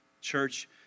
church